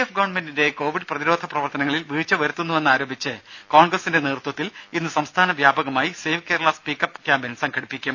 F ഗവൺമെന്റിന്റെ Covid പ്രതിരോധ പ്രവർത്തനങ്ങളിൽ വീഴ്ച വരുത്തുവെന്ന് ആരോപിച്ച് കോൺഗ്രസിന്റെ നേതൃത്വത്തിൽ ഇന്ന് സംസ്ഥാന വ്യാപകമായി സേവ് കേരള സ്പീക്കപ്പ് ക്യാമ്പയിൻ സംഘടിപ്പിക്കും